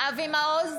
אבי מעוז,